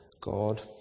God